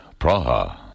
Praha